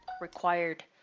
required